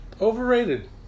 Overrated